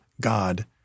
God